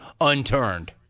unturned